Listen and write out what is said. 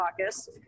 Caucus